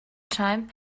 time